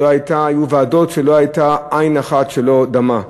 היו ועדות שלא הייתה שם עין אחת שלא דמעה,